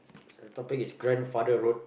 so the topic is grandfather's road